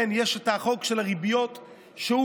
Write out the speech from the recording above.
יש את החוק של הריביות שמוכר,